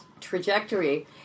trajectory